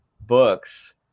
books